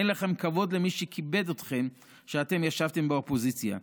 אין לכם כבוד למי שכיבד אתכם כשאתם ישבתם באופוזיציה,